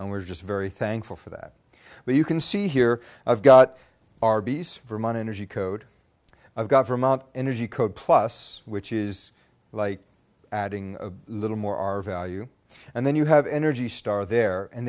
and we're just very thankful for that but you can see here i've got arby's vermont energy code of government energy code plus which is like adding a little more our value and then you have energy star there and